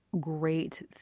great